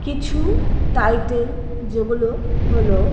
কিছু টাইটেল যেগুলো হলো